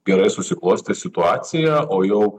gerai susiklostė situacija o jau